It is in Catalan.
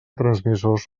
transmissors